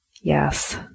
yes